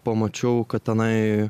pamačiau kad tenai